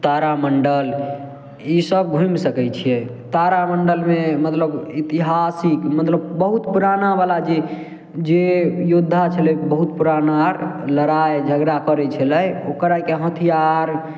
तारामण्डल ईसब घूमि सकय छियै तारामण्डलमे मतलब इतिहासिक मतलब बहुत पुरानावला जे जे यौद्धा छलय बहुत पुराना अर लड़ाइ झगड़ा करय छलै ओकर अरके हथियार